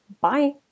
Bye